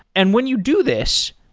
and when you do this,